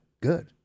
good